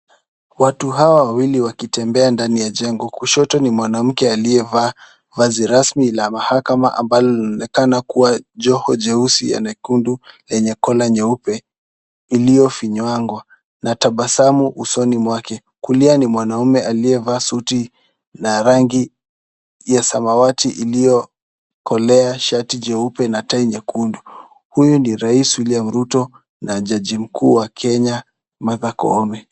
Watu hawa wawili wakitembea ndani ya jengo. Kushoto ni mwanamke aliyevaa vazi rasmi la mahakama ambalo linaonekana kuwa joho jeusi na nyekundu lenye collar nyeupe iliyofinywangwa na tabasamu usoni mwake. Kulia ni mwanaume aliyevaa suti ya rangi ya samawati iliyokolea, shati jeupe na tai nyekundu. Huyu ni Rais William Ruto na jaji mkuu wa Kenya Martha Koome.